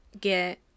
get